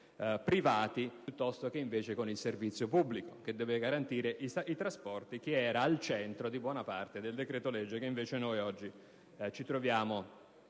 privati piuttosto che con il servizio pubblico, che deve garantire i trasporti e che era al centro di buona parte del decreto‑legge che oggi ci troviamo